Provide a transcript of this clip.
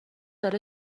داره